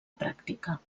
pràctica